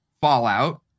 fallout